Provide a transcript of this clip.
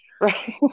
Right